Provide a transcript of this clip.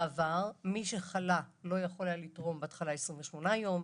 בעבר מי שחלה לא יכול היה לתרום בהתחלה 28 יום,